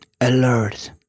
alert